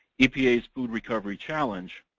epa's food recovery challenge,